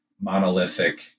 monolithic